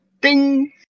ding